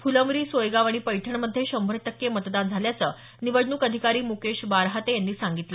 फुलंब्री सोयगाव आणि पैठणमध्ये शंभर टक्के मतदान झाल्याचं निवडणूक अधिकारी मुकेश बारहाते यांनी सांगितलं